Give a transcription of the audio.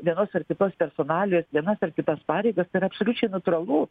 vienos ar kitos personalijos vienas ar kitas pareigas tai yra absoliučiai naturalu